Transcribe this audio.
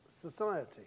society